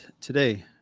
Today